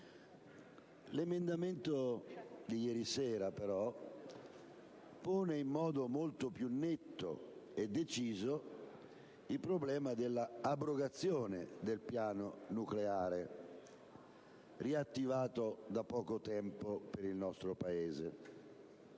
L'emendamento presentato ieri sera, però, pone in modo molto più netto e deciso il problema dell'abrogazione del piano nucleare, riattivato da poco tempo per il nostro Paese.